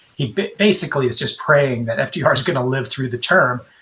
he basically is just praying that fdr's going to live through the term.